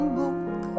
book